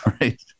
Right